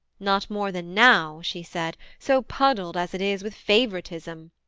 not more than now, she said, so puddled as it is with favouritism.